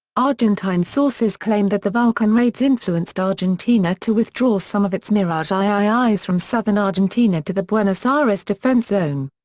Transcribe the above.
argentine sources claimed that the vulcan raids influenced argentina to withdraw some of its mirage iiis from southern argentina to the buenos ah aires defence zone.